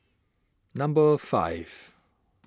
number five